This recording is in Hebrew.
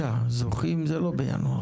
של רשויות מקומיות.